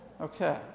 Okay